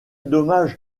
dommage